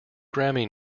grammy